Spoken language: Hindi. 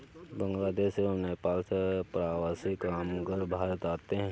बांग्लादेश एवं नेपाल से प्रवासी कामगार भारत आते हैं